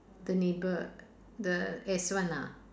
the neighbour the S one ah